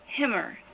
Himmer